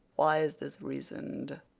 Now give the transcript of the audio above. why is this reason'd?